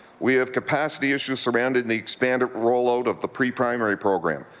we have capacity issues surrounding the expanded roll-out of the preprimary program,